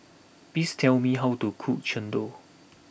please tell me how to cook Chendol